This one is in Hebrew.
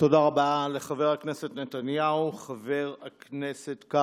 תודה רבה לחבר הכנסת נתניהו.